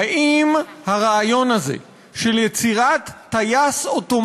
הנהג שתק וסירב להגיב